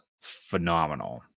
phenomenal